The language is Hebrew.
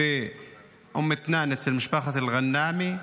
באום אל-גנם אצל משפחת אל-גנאמי,